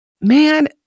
man